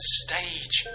stage